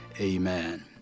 Amen